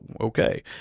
okay